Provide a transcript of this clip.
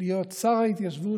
להיות שר ההתיישבות,